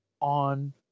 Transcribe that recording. on